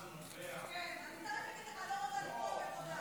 החברה הערבית ותאונות הדרכים?